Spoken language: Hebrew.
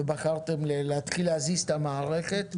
ובחרתם להזיז את המערכת.